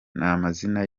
n’amazina